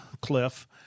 cliff